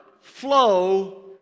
flow